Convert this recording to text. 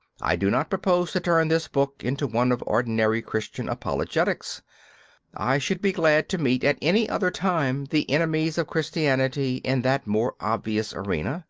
i do not propose to turn this book into one of ordinary christian apologetics i should be glad to meet at any other time the enemies of christianity in that more obvious arena.